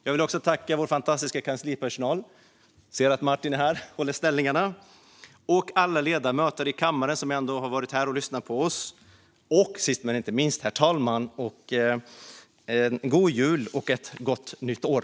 Jag vill också tacka vår fantastiska kanslipersonal och alla ledamöter i kammaren som har varit här och lyssnat på oss. Och sist men inte minst vill jag tacka herr talmannen. Jag önskar en god jul och ett gott nytt år.